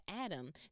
Adam